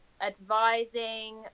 advising